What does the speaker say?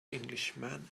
englishman